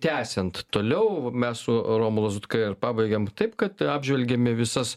tęsiant toliau mes su romu lazutka ir pabaigėm taip kad apžvelgėme visas